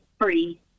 free